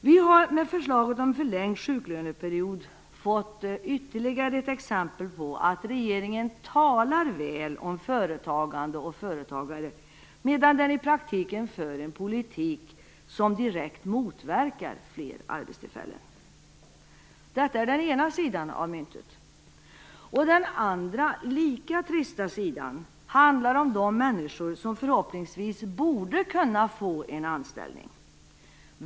Vi har med förslaget om förlängd sjuklöneperiod fått ytterligare ett exempel på att regeringen talar väl om företagande och företagare, medan den i praktiken för en politik som direkt motverkar fler arbetstillfällen. Detta är den ena sidan av myntet. Den andra, lika trista, sidan handlar om de människor som förhoppningsvis borde kunna få en anställning.